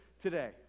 today